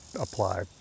apply